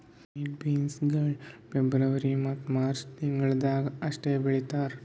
kidney beans ಗೊಳ್ February ಮತ್ತ March ತಿಂಗಿಳದಾಗ್ ಅಷ್ಟೆ ಬೆಳೀತಾರ್